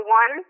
one